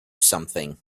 something